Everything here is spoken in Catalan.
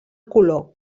color